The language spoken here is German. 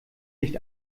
nicht